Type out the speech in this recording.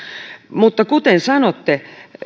mutta kuten sanoitte